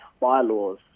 bylaws